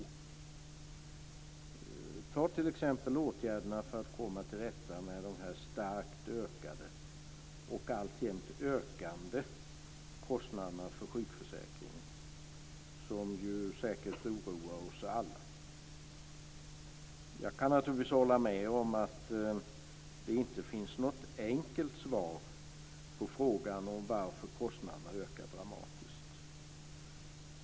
Ta t.ex. åtgärderna för att komma till rätta med de starkt ökade och alltjämt ökande kostnaderna för sjukförsäkringen, som säkert oroar oss alla. Jag kan naturligtvis hålla med om att det inte finns något enkelt svar på frågan varför kostnaderna ökar dramatiskt.